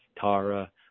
tara